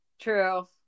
True